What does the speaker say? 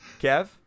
Kev